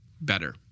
better